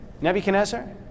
Nebuchadnezzar